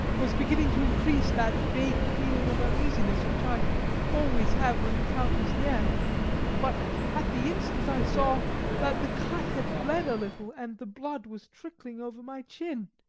was beginning to increase that vague feeling of uneasiness which i always have when the count is near but at the instant i saw that the cut had bled a little, and the blood was trickling over my chin.